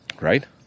right